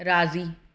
राज़ी